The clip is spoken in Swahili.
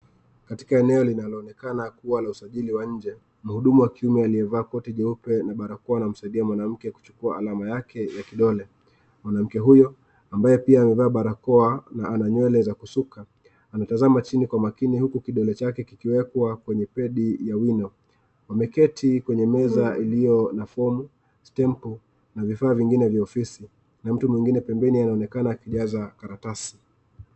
Katika eneo linaloonekana kuwa la usajili wa nje, mhudumu wa kiume aliyevaa koti jeupe na barakoa anamsaidia mwanamke kuchukua alama yake ya kidole. Mwanamke huyo ambaye pia amevaa barakoa na ana nywele za kusuka, anatazama chini kwa makini huku kidole chake kikiwekwa kwenye pedi ya wino. Wamekeeti kwenye meza iliyo na fomu , stempu , na vifaa vingine vya ofisi , na mtu mwingine pembeni anaonekana akijaza karatasi.